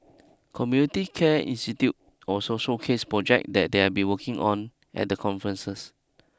community care institute also showcased projects that they have been working on at the conferences